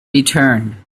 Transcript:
return